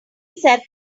said